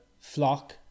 flock